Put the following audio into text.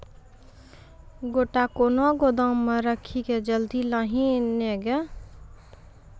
गोटा कैनो गोदाम मे रखी की जल्दी लाही नए लगा?